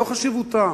זאת חשיבותה.